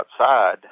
outside